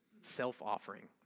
self-offering